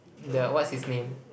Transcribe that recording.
the what's his name